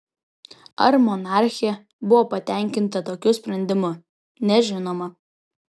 ar monarchė buvo patenkinta tokiu sprendimu nežinoma